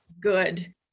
good